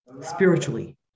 spiritually